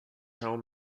home